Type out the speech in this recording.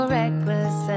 reckless